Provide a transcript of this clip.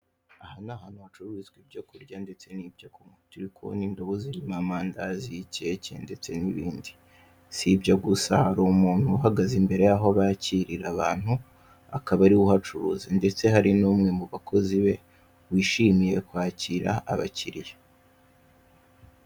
Aha ni ahantu hacururizwa ibyo kurya ndetse n'ibyo kunywa turi kubona indobo zirimo amandazi, keke ndetse n'ibindi, sibyo gusa hari umuntu uhagaze imbere yaho bakirira abantu akaba ari we uhacuruza ndetse hari n'umwe mu bakozi be wishimiye kwakira abakiriya.